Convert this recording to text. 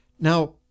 Now